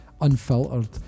unfiltered